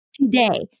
today